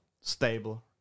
stable